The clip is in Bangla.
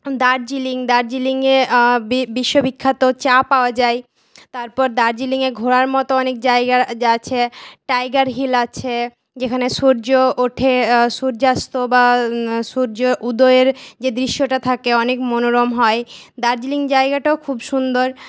দার্জিলিং দার্জিলিংয়ে বিশ্ববিখ্যাত চা পাওয়া যায় তারপর দার্জিলিংয়ে ঘোরার মতো অনেক জায়গা আছে টাইগার হিল আছে যেখানে সূর্য ওঠে সূর্যাস্ত বা সূর্য উদয়ের যে দৃশ্যটা থাকে অনেক মনোরম হয় দার্জিলিং জায়গাটাও খুব সুন্দর